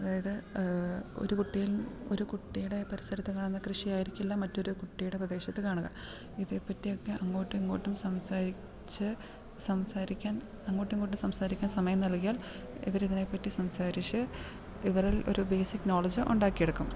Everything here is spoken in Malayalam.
അതായത് ഒരു കുട്ടിയിൽ ഒരു കുട്ടീടെ പരിസരത്ത് നടന്ന കൃഷിയായിരിക്കില്ല മറ്റൊരു കുട്ടീടെ പ്രദേശത്ത് കാണുക ഇതേപ്പറ്റി ഒക്കെ അങ്ങോട്ടും ഇങ്ങോട്ടും സംസാരിച്ച് സംസാരിക്കാൻ അങ്ങോട്ടും ഇങ്ങോട്ടും സംസാരിക്കാൻ സമയം നൽകിയാൽ ഇവർ ഇതിനെപ്പറ്റി സംസാരിച്ച് ഇവരിൽ ഒരു ബേസിക് നോളജ് ഉണ്ടാക്കി എടുക്കും